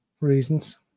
reasons